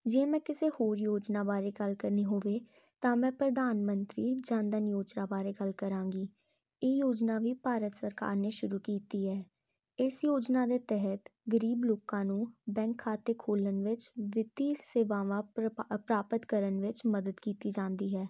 ਜੇ ਮੈਂ ਕਿਸੇ ਹੋਰ ਯੋਜਨਾ ਬਾਰੇ ਗੱਲ ਕਰਨੀ ਹੋਵੇ ਤਾਂ ਮੈਂ ਪ੍ਰਧਾਨ ਮੰਤਰੀ ਜਨ ਧਨ ਯੋਜਨਾ ਬਾਰੇ ਗੱਲ ਕਰਾਂਗੀ ਇਹ ਯੋਜਨਾ ਵੀ ਭਾਰਤ ਸਰਕਾਰ ਨੇ ਸ਼ੁਰੂ ਕੀਤੀ ਹੈ ਇਸ ਯੋਜਨਾ ਦੇ ਤਹਿਤ ਗਰੀਬ ਲੋਕਾਂ ਨੂੰ ਬੈਂਕ ਖਾਤੇ ਖੋਲ੍ਹਣ ਵਿੱਚ ਵਿੱਤੀ ਸੇਵਾਵਾਂ ਪਰਪਾ ਪ੍ਰਾਪਤ ਕਰਨ ਵਿੱਚ ਮਦਦ ਕੀਤੀ ਜਾਂਦੀ ਹੈ